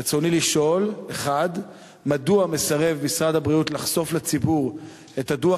רצוני לשאול: 1. מדוע מסרב משרד הבריאות לחשוף לציבור את הדוח